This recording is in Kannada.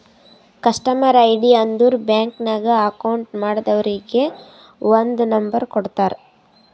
ಕಸ್ಟಮರ್ ಐ.ಡಿ ಅಂದುರ್ ಬ್ಯಾಂಕ್ ನಾಗ್ ಅಕೌಂಟ್ ಮಾಡ್ದವರಿಗ್ ಒಂದ್ ನಂಬರ್ ಕೊಡ್ತಾರ್